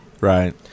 Right